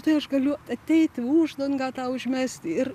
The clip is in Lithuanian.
tai aš galiu ateiti uždangą tą užmesti ir